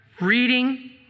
reading